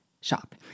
shop